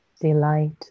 delight